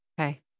Okay